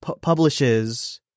publishes